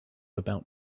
about